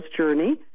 journey